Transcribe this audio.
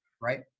Right